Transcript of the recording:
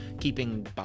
keeping